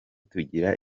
tugira